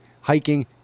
hiking